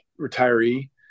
retiree